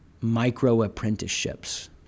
micro-apprenticeships